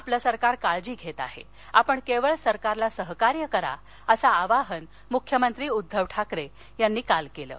आपलं सरका काळजी घत्तीआहोत आपण क्विळ सरकारला सहकार्य करा असं आवाहन मुख्यमंत्री उद्धव ठाकर ग्रानी काल कल्ति